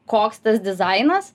koks tas dizainas